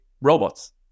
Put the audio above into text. robots